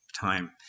time